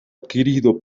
adquirido